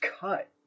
cut